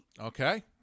Okay